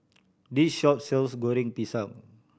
this shop sells Goreng Pisang